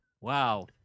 Wow